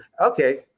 okay